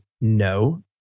No